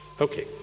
Okay